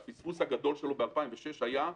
שהפספוס הגדול שלו ב-2006 היה,